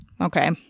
Okay